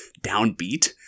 downbeat